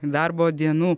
darbo dienų